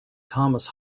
thomas